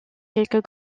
quelques